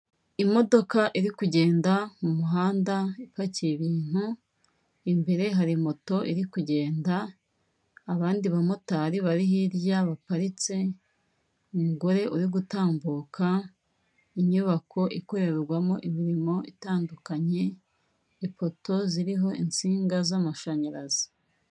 Imodoka iri kugenda mu muhanda ipakiye ibintu, imbere hari moto iri kugenda, abandi bamotari bari hirya baparitse, umugore uri gutambuka, inyubako ikorerwamo imirimo itandukanye, ipoto ziriho insinga z'amashanyarazi.